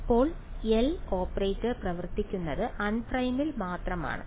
ഇപ്പോൾ L operator പ്രവർത്തിക്കുന്നത് അൺപ്രൈമിൽ മാത്രമാണ്